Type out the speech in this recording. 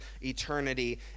eternity